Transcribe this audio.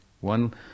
one